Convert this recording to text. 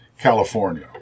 California